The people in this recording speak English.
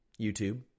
YouTube